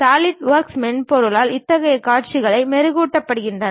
SolidWorks மென்பொருளால் இத்தகைய காட்சிப்படுத்தல் மெருகூட்டப்படுகிறது